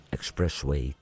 Expressway